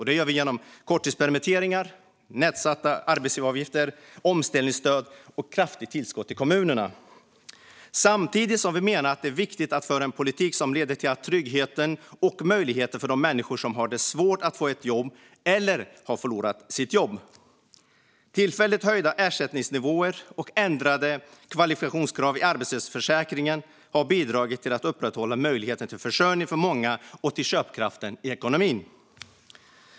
Det gör vi genom korttidspermitteringar, nedsatta arbetsgivaravgifter, omställningsstöd och kraftiga tillskott till kommunerna. Samtidigt menar vi att det är viktigt att föra en politik som leder till trygghet och möjligheter för de människor som har det svårt att få ett jobb eller har förlorat sitt jobb. Tillfälligt höjda ersättningsnivåer och ändrade kvalifikationskrav i arbetslöshetsförsäkringen har bidragit till att upprätthålla möjligheten till försörjning för många och till köpkraften i ekonomin.